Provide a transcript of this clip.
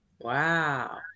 Wow